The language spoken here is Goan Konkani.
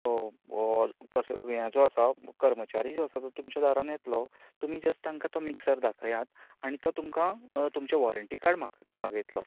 ये जो आसा कर्मचारी जो आसा तो तुमच्या दारान येतलो तुमी जस्ट तांकां तो मिक्सर दाखयात आनी तो तुमकां तुमचें वॉरंटी कार्ड मागयतलो